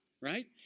right